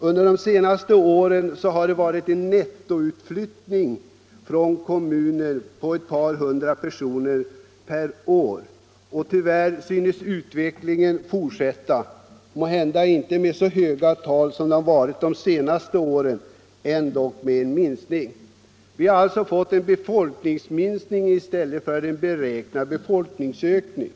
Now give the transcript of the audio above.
Under de senaste åren har det varit en nettoutflyttning från kommunen på ett par hundra personer per år, och tyvärr synes den utvecklingen fortsätta. Även om talen inte blir så höga som under de senaste åren får man dock räkna med en minskning av befolkningen. Vi har alltså fått en befolkningsminskning i stället för en beräknad befolkningsökning.